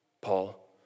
Paul